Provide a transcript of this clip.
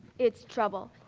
it's trouble.